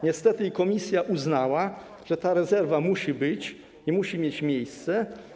Niestety komisja uznała, że ta rezerwa musi być i to musi mieć miejsce.